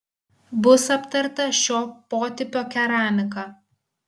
bus aptarta šio potipio keramika